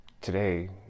today